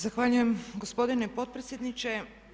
Zahvaljujem gospodine potpredsjedniče.